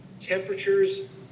temperatures